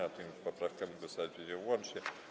Nad tymi poprawkami głosować będziemy łącznie.